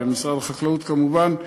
ומשרד החקלאות כמובן,